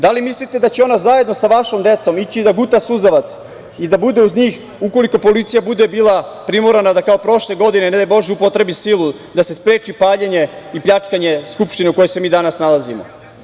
Da li mislite da će ona zajedno sa vašom decom ići da guta suzavac i da bude uz njih ukoliko policija bude bila primorana da kao prošle godine, ne daj Bože, upotrebi silu da se spreči paljenje i pljačkanje Skupštine u kojoj se mi danas nalazimo?